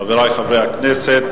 חברי חברי הכנסת,